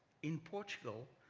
in portugal,